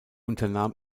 unternahm